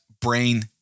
brain